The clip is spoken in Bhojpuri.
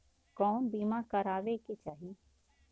कउन बीमा करावें के चाही?